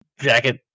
jacket